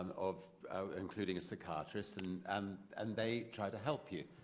kind of including a psychiatrist, and and and they try to help you.